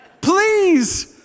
please